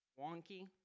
wonky